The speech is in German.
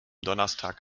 donnerstag